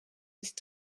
ist